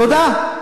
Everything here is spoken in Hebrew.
תודה.